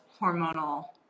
hormonal